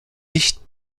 nicht